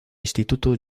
instituto